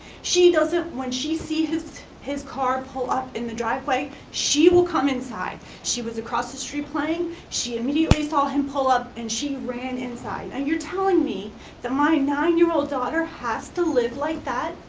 she doesn't, when she sees his his car pull up in the driveway, she will come inside. she was across the street playing, she immediately saw him pull up, and she ran inside. and you're telling me that my nine year old daughter has to live like that,